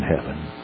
heaven